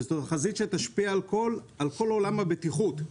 החזית שתשפיע על כל עולם הבטיחות.